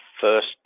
first